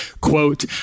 quote